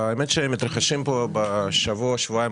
למען האמת מתרחשים פה בשבוע שבועיים